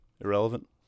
Irrelevant